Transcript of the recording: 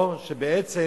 או שבעצם